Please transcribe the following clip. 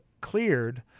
cleared